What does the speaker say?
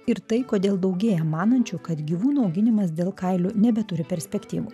ir tai kodėl daugėja manančių kad gyvūnų auginimas dėl kailių nebeturi perspektyvų